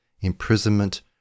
imprisonment